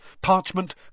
Parchment